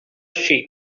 sheep